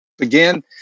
Again